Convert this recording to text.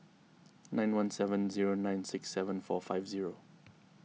nine one seven zero nine six seven four five zero